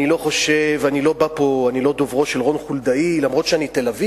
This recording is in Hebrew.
אני לא דוברו של רון חולדאי, אף שאני תל-אביבי.